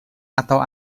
atau